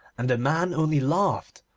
and the man only laughed.